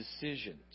decisions